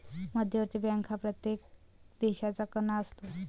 मध्यवर्ती बँक हा प्रत्येक देशाचा कणा असतो